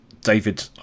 David